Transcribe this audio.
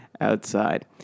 outside